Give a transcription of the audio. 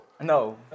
No